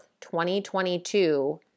2022